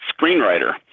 screenwriter